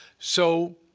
so